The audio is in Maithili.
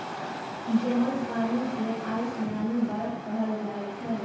जमल पानि केँ आइस यानी बरफ कहल जाइ छै